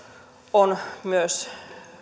on